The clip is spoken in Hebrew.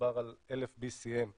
מדובר על 1,000 BCM רזרבות.